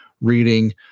reading